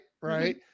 right